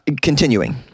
Continuing